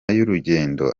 y’urugendo